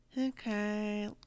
Okay